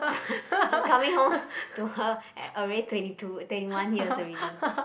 I'm coming home to her already twenty two twenty one years already